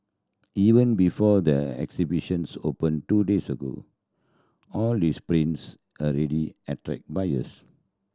even before the exhibitions open two days ago all this prints already attract buyers